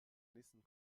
nächsten